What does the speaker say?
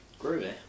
Groovy